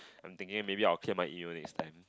I'm thinking maybe I'll clear my email next time